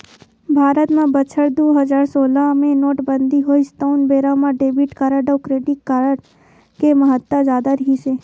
भारत म बछर दू हजार सोलह मे नोटबंदी होइस तउन बेरा म डेबिट कारड अउ क्रेडिट कारड के महत्ता जादा रिहिस हे